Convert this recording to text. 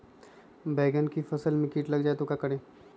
बैंगन की फसल में कीट लग जाए तो क्या करें?